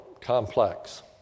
complex